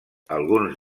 alguns